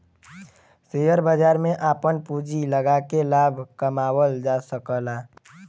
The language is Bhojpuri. शेयर बाजार में आपन पूँजी लगाके लाभ कमावल जा सकला